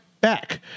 back